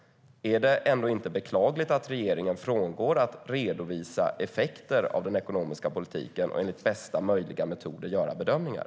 Är det inte ändå beklagligt att regeringen upphör att redovisa effekter av den ekonomiska politiken och göra bedömningar enligt bästa möjliga metoder?